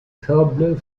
sables